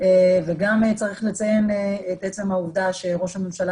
וגם צריך לציין את עצם העובדה שראש הממשלה